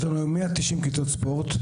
יש לנו 190 כיתות ספורט,